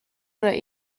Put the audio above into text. oder